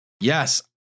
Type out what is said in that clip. yes